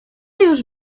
już